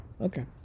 okay